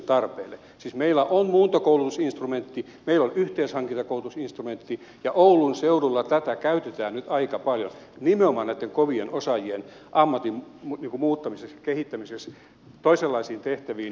siis meillä on muuntokoulutusinstrumentti meillä on yhteishankintakoulutusinstrumentti ja oulun seudulla tätä käytetään nyt aika paljon nimenomaan näitten kovien osaajien ammatin muuttamiseksi ja kehittämiseksi toisenlaisiin tehtäviin